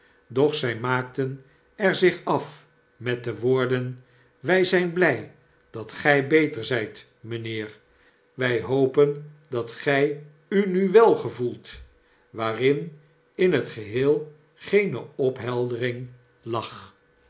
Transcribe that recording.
dochzg maakten er zich af met de woorden ws zjjn blj dat gii beter zijt mjjnheer w jj hopen dat gij u nu wel gevoelt waarin in het geheel geene opheldering lag